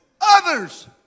Others